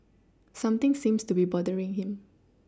something seems to be bothering him